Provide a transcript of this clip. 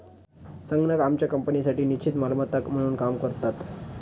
संगणक आमच्या कंपनीसाठी निश्चित मालमत्ता म्हणून काम करतात